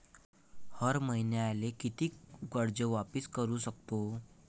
हर मईन्याले कितीक कर्ज वापिस करू सकतो?